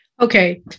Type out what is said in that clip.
Okay